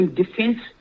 defense